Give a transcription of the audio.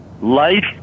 life